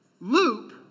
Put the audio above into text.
loop